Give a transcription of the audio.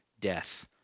death